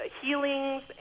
healings